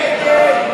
סעיף 23,